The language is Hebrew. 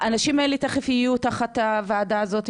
האנשים האלה תכף יהיו תחת הוועדה הזאת,